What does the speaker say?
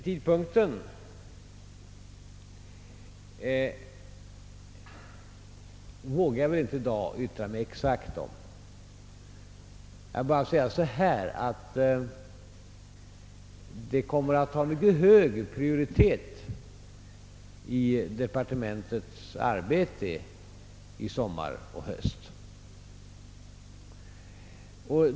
Tidpunkten vågar jag inte exakt uttala mig om i dag. Detta utredningsarbete kommer emellertid att ha hög prioritet inom departementet i sommar och i höst.